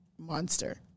monster